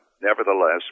nevertheless